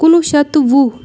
کُنوُہ شیٚتھ تہٕ وُہ